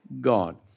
God